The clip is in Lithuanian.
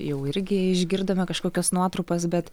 jau irgi išgirdome kažkokias nuotrupas bet